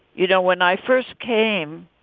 you know, when i first came,